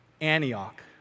Antioch